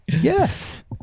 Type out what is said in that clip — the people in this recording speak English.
Yes